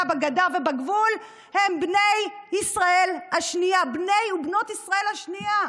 בגדה ובגבול הם בני ובנות ישראל השנייה.